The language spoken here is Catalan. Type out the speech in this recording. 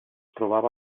trobava